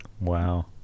Wow